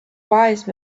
wise